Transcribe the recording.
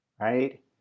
right